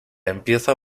empieza